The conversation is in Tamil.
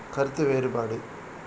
கருத்து வேறுபாடு